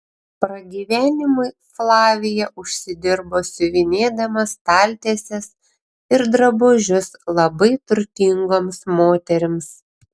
pragyvenimui flavija užsidirbo siuvinėdama staltieses ir drabužius labai turtingoms moterims